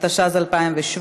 התשע"ז 2017,